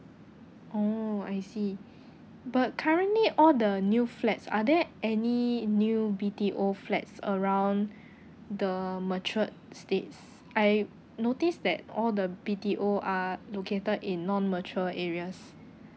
oh I see but currently all the new flats are there any new B_T_O flats around the matured estates I notice that all the B_T_O are located in non mature areas